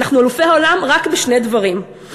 אנחנו אלופי העולם רק בשני דברים,